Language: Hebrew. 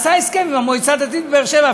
עשה הסכם עם המועצה הדתית בבאר-שבע,